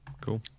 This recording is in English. cool